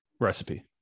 recipe